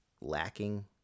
lacking